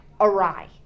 awry